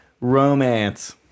romance